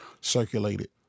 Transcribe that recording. circulated